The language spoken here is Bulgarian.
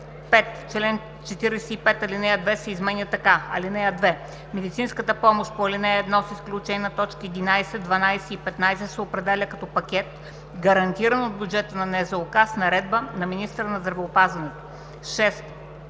5. В чл. 45 ал. 2 се изменя така: „(2) Медицинската помощ по ал. 1, с изключение на т. 11, 12 и 15, се определя като пакет, гарантиран от бюджета на НЗОК, с наредба на министъра на здравеопазването.“ 6.